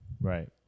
right